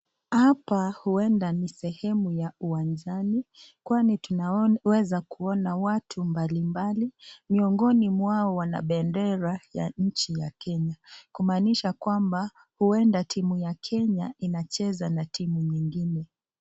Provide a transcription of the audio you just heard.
Hapa huenda ni sehemu ya uwanjani kwani tunaweza kuona watu mbalimbali, miongoni mwao wana bendera ya nchi ya Kenya kumaanisha kwamba huenda timu ya Kenya inacheza na timu nyingine.